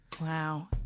wow